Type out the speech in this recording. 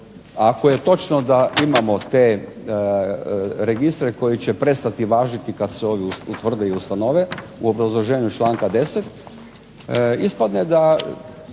ako je točno da imamo te registre koji će prestati važiti kad se utvrde i ustanove, u obrazloženju članka 10., ispadne da